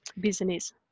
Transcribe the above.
business